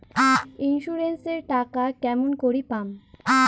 Insurance এর টাকা কেমন করি পাম?